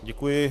Děkuji.